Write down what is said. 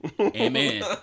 Amen